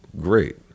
great